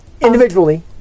Individually